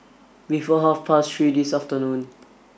before half past three this afternoon